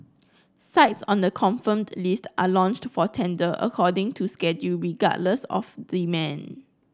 sites on the confirmed list are launched for tender according to schedule regardless of demand